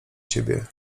ciebie